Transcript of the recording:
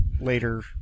later